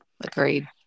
agreed